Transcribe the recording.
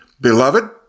Beloved